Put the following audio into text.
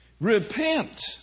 repent